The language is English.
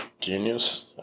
genius